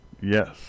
Yes